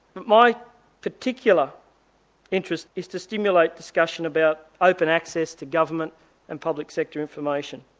my particular interest is to stimulate discussion about open access to government and public sector information.